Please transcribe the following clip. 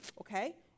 okay